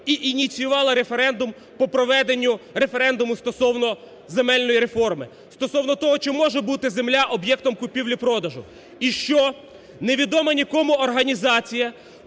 і ініціювала референдум по проведенню референдуму стосовно земельної реформи, стосовно того, чи може бути земля об'єктом купівлі-продажу? І що невідома нікому організація